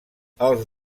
els